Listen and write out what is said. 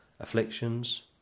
afflictions